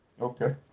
Okay